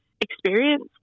experience